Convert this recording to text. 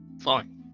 Fine